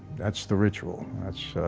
that's the ritual. that's